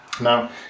Now